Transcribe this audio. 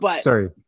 Sorry